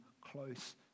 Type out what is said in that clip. close